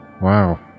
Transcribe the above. wow